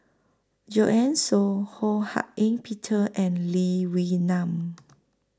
Joanne Soo Ho Hak Ean Peter and Lee Wee Nam